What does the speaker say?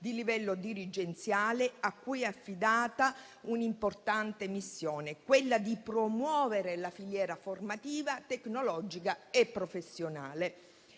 di livello dirigenziale a cui è affidata un'importante missione, quella di promuovere la filiera formativa, tecnologica e professionale.